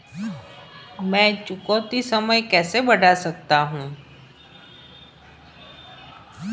मैं चुकौती समय कैसे बढ़ा सकता हूं?